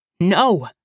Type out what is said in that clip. No